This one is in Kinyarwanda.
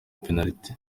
penaliti